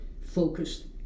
focused